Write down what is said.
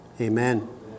amen